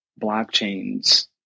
blockchains